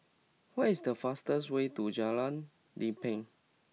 what is the fastest way to Jalan Lempeng